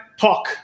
Talk